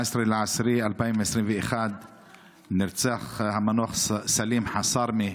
18 באוקטובר 2021 נרצח המנוח סלים חסארמה,